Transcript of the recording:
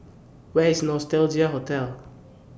Where IS Nostalgia Hotel